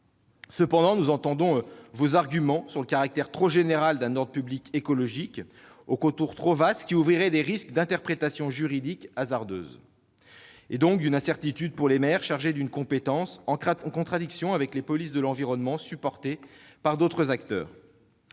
Cependant, nous entendons vos arguments sur le caractère trop général d'un « ordre public écologique » aux contours trop vastes qui entraînerait des risques d'interprétation juridique hasardeuse et, donc, une incertitude pour les maires chargés d'une compétence en contradiction avec des polices de l'environnement supportées par d'autres acteurs.